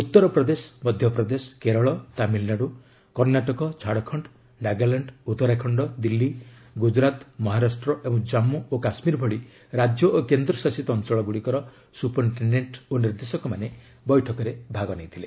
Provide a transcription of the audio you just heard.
ଉତ୍ତରପ୍ରଦେଶ ମଧ୍ୟପ୍ରଦେଶ କେରଳ ତାମିଲନାଡୁ କର୍ଣ୍ଣାଟକ ଝାଡ଼ଖଣ୍ଡ ନାଗାଲାଣ୍ଡ ଉତ୍ତରାଖଣ୍ଡ ଦିଲ୍ଲୀ ଗୁଜରାତ ମହାରାଷ୍ଟ୍ର ଏବଂ ଜାମ୍ମୁ ଓ କାଶ୍ମୀର ଭଳି ରାଜ୍ୟ ଓ କେନ୍ଦ୍ରଶାସିତ ଅଞ୍ଚଳର ସୁପରିନ୍ଟେଣ୍ଡେଣ୍ଟ୍ ଓ ନିର୍ଦ୍ଦେଶକମାନେ ବୈଠକରେ ଭାଗ ନେଇଥିଲେ